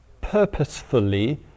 purposefully